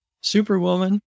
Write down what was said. Superwoman